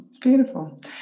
Beautiful